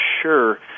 Sure